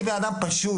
אני בן אדם פשוט.